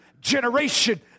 generation